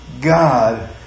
God